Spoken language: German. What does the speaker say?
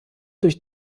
durch